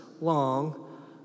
long